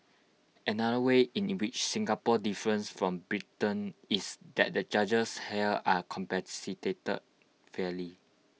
another way in which Singapore differs from Britain is that the judges here are compensated fairly